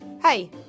Hey